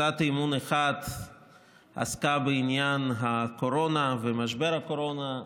הצעת אי-אמון אחת עסקה בעניין הקורונה ומשבר הקורונה,